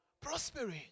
prospering